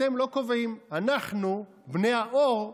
אתם לא קובעים, אנחנו בני האור,